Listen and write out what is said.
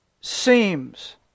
seems